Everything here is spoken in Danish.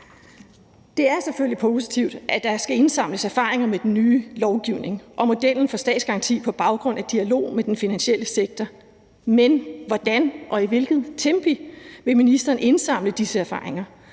Det er selvfølgelig positivt, at der skal indsamles erfaringer med den nye lovgivning og modellen for statsgaranti på baggrund af dialog med den finansielle sektor, men hvordan og i hvilket tempo vil ministeren indsamle disse erfaringer?